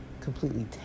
completely